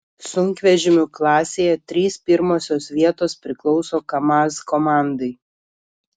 sunkvežimių klasėje trys pirmosios vietos priklauso kamaz komandai